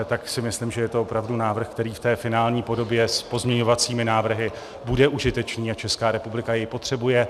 Tak si myslím, že je to opravdu návrh, který v té finální podobě s pozměňovacími návrhy bude užitečný a Česká republika jej potřebuje.